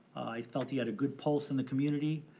i felt he had a good pulse in the community.